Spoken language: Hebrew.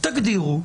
תגדירו,